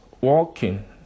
walking